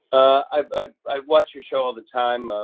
i watch your show all the time,